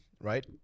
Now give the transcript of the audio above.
right